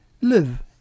Live